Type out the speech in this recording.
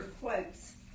quotes